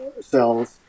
cells